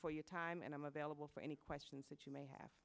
for your time and i'm available for any questions that you may have